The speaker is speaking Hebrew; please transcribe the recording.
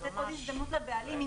לתת עוד הזדמנות לבעלים,